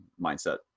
mindset